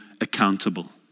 accountable